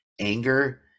anger